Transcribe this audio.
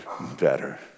better